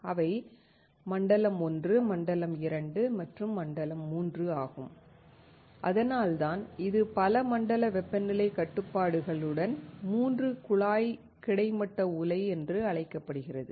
அவை மண்டலம் 1 மண்டலம் 2 மற்றும் மண்டலம் 3 ஆகும் அதனால்தான் இது பல மண்டல வெப்பநிலை கட்டுப்பாட்டுடன் மூன்று குழாய் கிடைமட்ட உலை என்று அழைக்கப்படுகிறது